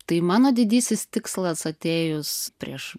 tai mano didysis tikslas atėjus prieš